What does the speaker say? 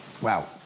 Wow